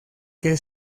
que